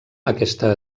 aquesta